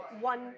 one